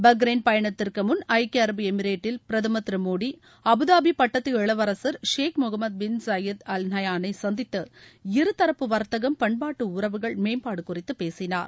Bahrain பயனத்திற்கு முன் ஐக்கிய அரபு எமிரேட்டில் பிரதமர் திரு மோடி அபுதாபி பட்டத்து இளவரசர் Sheikh Mohammed bin Zayed al நஹ்யானை சந்தித்து இருதரப்பு வர்த்தகம் பண்பாட்டு உறவுகள் மேம்பாடு குறித்து பேசினார்